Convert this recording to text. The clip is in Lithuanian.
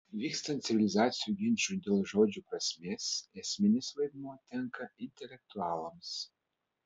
vykstant civilizacijų ginčui dėl žodžių prasmės esminis vaidmuo tenka intelektualams